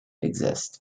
exist